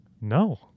No